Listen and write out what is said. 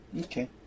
okay